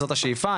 זאת השאיפה,